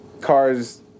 cars